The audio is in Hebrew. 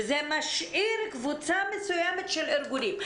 וזה משאיר קבוצה מסוימת של ארגונים.